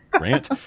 rant